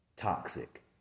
Toxic